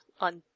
on